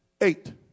Eight